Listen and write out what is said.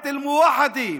את אל-ווחדה.